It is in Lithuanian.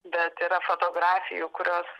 bet yra fotografijų kurios